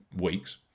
weeks